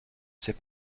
sais